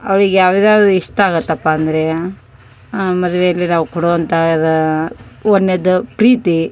ಅವ್ಳಿಗೆ ಯಾವುದಾದ್ರು ಇಷ್ಟ ಆಗುತಪ್ಪ ಅಂದ್ರೆ ಮದುವೆಯಲ್ಲಿ ನಾವು ಕೊಡುವಂತ ಇದು ಒಂದನೇದು ಪ್ರೀತಿ